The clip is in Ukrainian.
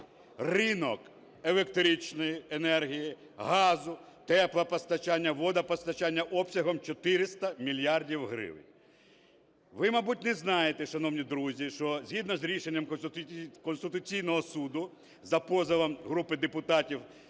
ринок електричної енергії, газу, теплопостачання, водопостачання обсягом 400 мільярдів гривень. Ви, мабуть, не знаєте, шановні друзі, що згідно з рішенням Конституційного Суду за позовом групи депутатів